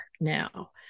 now